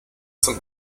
zum